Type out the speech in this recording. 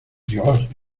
dios